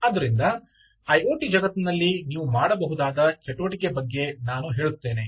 ಆದ್ದರಿಂದ ಐಒಟಿ ಜಗತ್ತಿನಲ್ಲಿ ನೀವು ಮಾಡಬಹುದಾದ ಚಟುವಟಿಕೆ ಬಗ್ಗೆ ನಾನು ಹೇಳುತ್ತೇನೆ